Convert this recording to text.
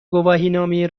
گواهینامه